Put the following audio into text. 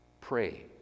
Pray